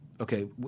Okay